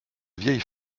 vieille